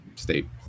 state